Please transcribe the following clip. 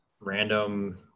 random